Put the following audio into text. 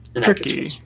tricky